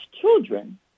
children